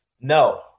No